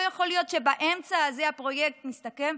לא יכול להיות שבאמצע הפרויקט מסתיים.